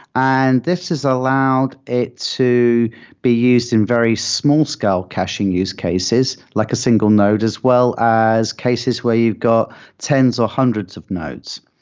and this has allowed it to be used in very small caching use cases, like a single node as well as cases where you've got tens or hundreds of nodes.